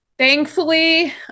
Thankfully